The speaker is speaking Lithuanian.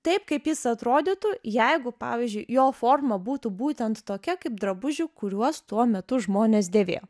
taip kaip jis atrodytų jeigu pavyzdžiui jo forma būtų būtent tokia kaip drabužių kuriuos tuo metu žmonės dėvėjo